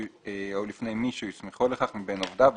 או לפני מי שהוא הסמיכו לכך מבין עובדיו,